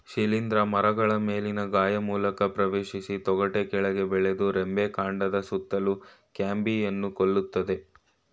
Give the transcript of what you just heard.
ಶಿಲೀಂಧ್ರ ಮರಗಳ ಮೇಲಿನ ಗಾಯ ಮೂಲಕ ಪ್ರವೇಶಿಸಿ ತೊಗಟೆ ಕೆಳಗೆ ಬೆಳೆದು ರೆಂಬೆ ಕಾಂಡದ ಸುತ್ತಲೂ ಕ್ಯಾಂಬಿಯಂನ್ನು ಕೊಲ್ತದೆ